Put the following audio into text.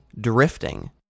Drifting